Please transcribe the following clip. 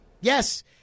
Yes